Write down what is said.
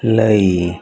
ਲਈ